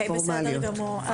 בסדר גמור.